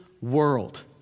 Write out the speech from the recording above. world